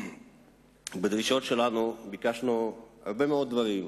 בדרישות שלנו, ביקשנו הרבה מאוד דברים,